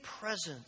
presence